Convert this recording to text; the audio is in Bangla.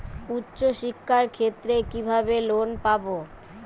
উচ্চশিক্ষার ক্ষেত্রে কিভাবে লোন পাব?